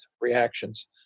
reactions